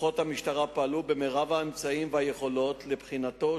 כוחות המשטרה פעלו במירב האמצעים והיכולות לבחינתו,